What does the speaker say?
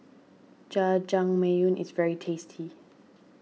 Jajangmyeon is very tasty